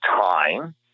time